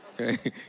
okay